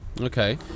Okay